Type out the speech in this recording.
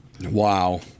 Wow